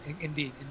indeed